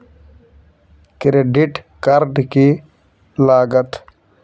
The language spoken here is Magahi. क्रेडिट कार्ड की लागत?